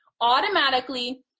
Automatically